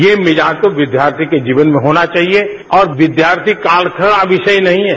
ये मिजाज तो विद्यार्थी के जीवन में होना चाहिए और विद्यार्थी काल का विषय नहीं है